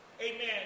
Amen